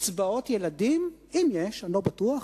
קצבאות ילדים, אם יש, אני לא בטוח,